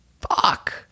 Fuck